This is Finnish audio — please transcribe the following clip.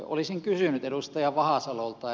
olisin kysynyt edustaja vahasalolta